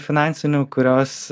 finansinių kurios